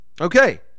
Okay